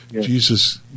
Jesus